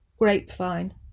Grapevine